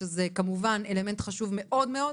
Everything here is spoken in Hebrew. שזה כמובן אלמנט חשוב מאוד מאוד,